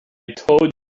told